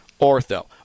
ortho